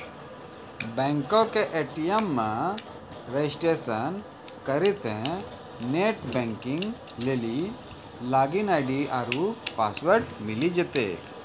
बैंको के ए.टी.एम मे रजिस्ट्रेशन करितेंह नेट बैंकिग लेली लागिन आई.डी आरु पासवर्ड मिली जैतै